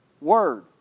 word